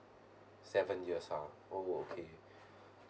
seven years ha oh okay